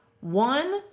one